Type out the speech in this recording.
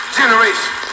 generation